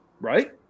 Right